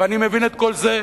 ואני מבין את כל זה,